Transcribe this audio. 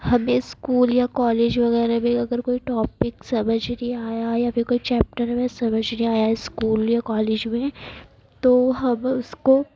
ہمیں اسکول یا کالج وغیرہ میں اگر کوئی ٹاپک سمجھ نہیں آیا یا پھر کوئی چیپٹر میں سمجھ نہیں آیا اسکول یا کالج میں تو ہم اس کو